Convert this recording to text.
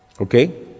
Okay